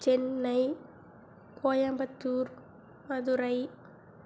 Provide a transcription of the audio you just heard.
Chennai Coimbatore Madurai